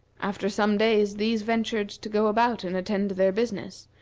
after some days these ventured to go about and attend to their business,